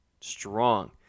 Strong